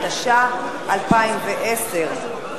התשע"א 2010,